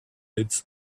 its